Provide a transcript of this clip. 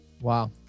Wow